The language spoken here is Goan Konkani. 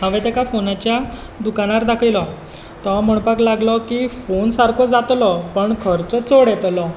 हांवें ताका फोनाच्या दुकानार दाखयला तो म्हणपाक लागलो की फोन सारको जातलो पण खर्च चड येतलो